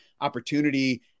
opportunity